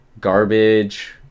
garbage